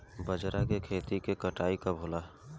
बजरा के खेती के कटाई कब होला?